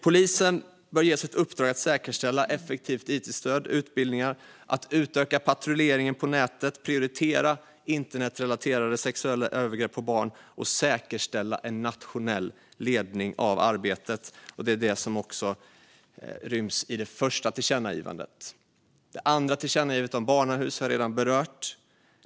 Polisen bör ges i uppdrag att säkerställa effektivt it-stöd och utbildningar, utöka patrulleringen på nätet, prioritera internetrelaterade sexuella övergrepp på barn och säkerställa en nationell ledning av arbetet. Detta ryms i det första tillkännagivandet. Det andra tillkännagivandet om barnahus har jag redan berört.